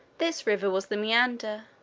this river was the meander.